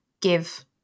give